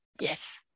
yes